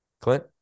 Clint